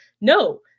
no